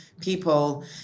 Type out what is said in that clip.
people